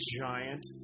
giant